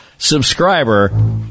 subscriber